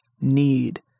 need